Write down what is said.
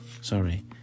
Sorry